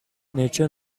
nature